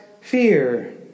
fear